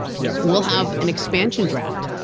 yeah we'll have an expansion draft.